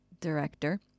director